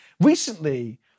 Recently